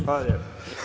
Hvala lijepa.